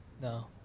No